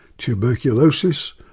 tuberculosis,